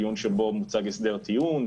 דיון שבו מוצג הסדר טיעון,